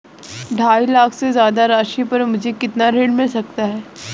ढाई लाख से ज्यादा राशि पर मुझे कितना ऋण मिल सकता है?